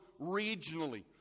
regionally